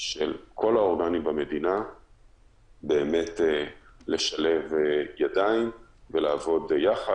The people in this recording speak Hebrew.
של כל האורגנים במדינה לשלב ידיים ולעבוד יחד.